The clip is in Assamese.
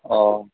অঁ